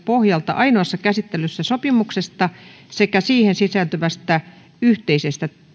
pohjalta ainoassa käsittelyssä sopimuksesta sekä siihen sisältyvästä yhteisestä